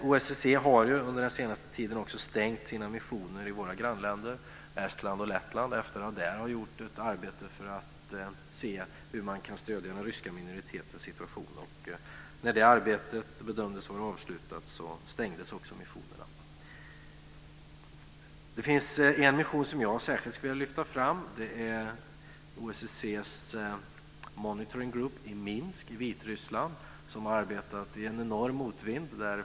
OSSE har ju under den senaste tiden också stängt sina missioner i våra grannländer Estland och Lettland efter att där ha gjort ett arbete för att se hur man kan förbättra den ryska minoritetens situation. När det arbetet bedömdes vara avslutat stängdes också missionerna. Det finns en mission som jag särskilt skulle vilja lyfta fram. Det är OSSE:s monitoring group i Minsk i Vitryssland, som arbetat i en enorm motvind.